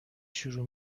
شروع